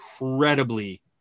incredibly